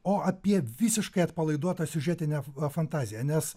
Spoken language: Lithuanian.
o apie visiškai atpalaiduotą siužetinę fantaziją nes